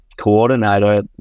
coordinator